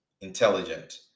intelligent